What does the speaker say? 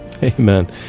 Amen